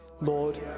Lord